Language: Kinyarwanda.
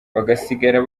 bagasigara